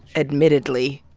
admittedly,